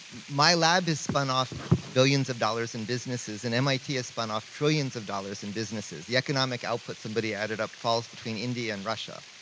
my lab has spunoff billions of dollars in businesses, and mit has spunoff trillions of dollars in businesses. the economic output, somebody added up, falls between india and russia.